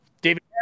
David